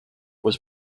was